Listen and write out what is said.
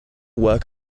work